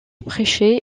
prêcher